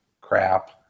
crap